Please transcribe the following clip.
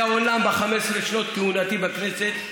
ב-15 שנות כהונתי בכנסת,